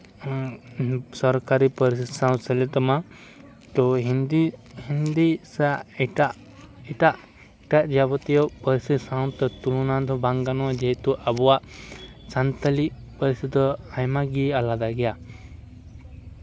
ᱥᱚᱨᱠᱟᱨᱤ ᱯᱟᱹᱨᱥᱤ ᱥᱟᱶ ᱥᱮᱞᱮᱫᱚᱜ ᱢᱟ ᱛᱳ ᱦᱤᱱᱫᱤ ᱦᱤᱱᱫᱤ ᱥᱟᱶ ᱮᱴᱟᱜ ᱮᱴᱟᱜ ᱡᱟᱵᱚᱛᱤᱭᱚ ᱯᱟᱹᱨᱥᱤ ᱥᱟᱶᱛᱮ ᱛᱩᱞᱚᱱᱟ ᱫᱚ ᱵᱟᱝ ᱜᱟᱱᱚᱜᱼᱟ ᱡᱮᱦᱮᱛᱩ ᱟᱵᱚᱣᱟᱜ ᱥᱟᱱᱛᱟᱞᱤ ᱯᱟᱹᱨᱥᱤ ᱫᱚ ᱟᱭᱢᱟ ᱜᱮ ᱟᱞᱟᱫᱟ ᱜᱮᱭᱟ